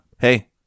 Hey